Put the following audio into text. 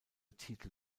titel